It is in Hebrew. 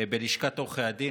בלשכת עורכי הדין.